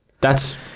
That's-